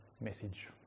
message